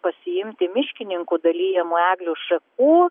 pasiimti miškininkų dalijamų eglių šakų